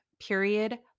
period